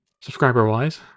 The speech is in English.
Subscriber-wise